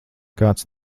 kāds